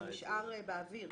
זה נשאר באוויר.